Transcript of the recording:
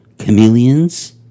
chameleons